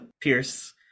Pierce